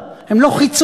הם חלק מהמדינה.